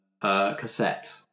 Cassette